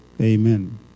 Amen